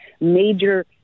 major